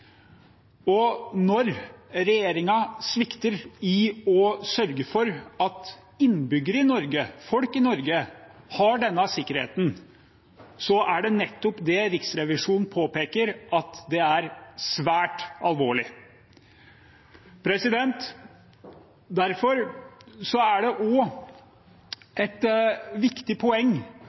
temaer. Når regjeringen svikter i å sørge for at innbyggere i Norge, folk i Norge, har denne sikkerheten, er det nettopp det Riksrevisjonen påpeker – at det er svært alvorlig. Derfor er det også et viktig poeng